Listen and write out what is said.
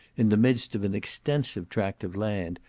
in the midst of an extensive tract of land,